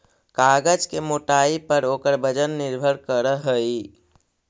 कागज के मोटाई पर ओकर वजन निर्भर करऽ हई